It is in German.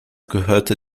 gehörte